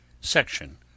Section